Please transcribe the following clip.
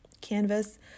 canvas